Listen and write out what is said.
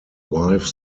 wife